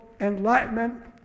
enlightenment